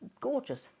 gorgeous